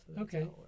Okay